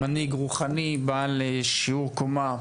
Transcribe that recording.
מנהיג רוחני בעל שיעור קומה,